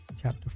chapter